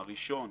הראשון,